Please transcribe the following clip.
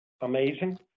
amazing